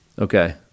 Okay